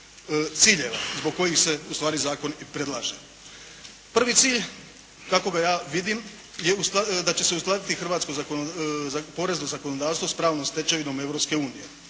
ciljeva zbog kojih se ustvari zakon i predlaže. Prvi cilj, kako ga ja vidim, je da će se uskladiti hrvatsko porezno zakonodavstvo s pravnom stečevinom